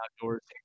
outdoors